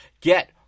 get